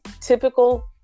typical